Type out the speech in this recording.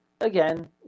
again